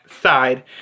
side